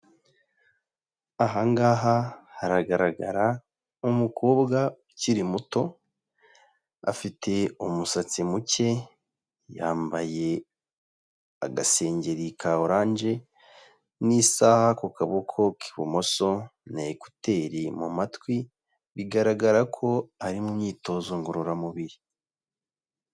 Aha ngaha haragaragara umukobwa ukiri muto, afite umusatsi muke, yambaye agasengeri ka oranje n'isaha ku kaboko k'ibumoso na ekuteri mu matwi bigaragara ko ari mu myitozo ngororamubiri.